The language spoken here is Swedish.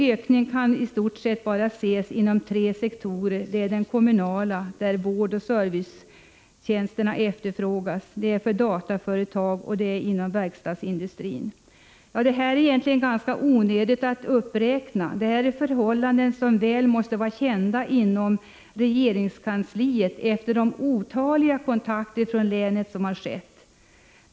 Ökning kan förväntas ske bara inom i stort sett tre sektorer: den kommunala sektorn, där vårdoch servicetjänster efterfrågas, databranschen och verkstadsindustrin. Det borde egentligen vara ganska onödigt att peka på dessa förhållanden. De måste vara väl kända inom regeringskansliet efter de otaliga kontakter från länet som har tagits.